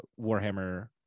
Warhammer